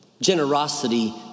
Generosity